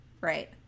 right